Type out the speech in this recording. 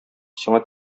сиңа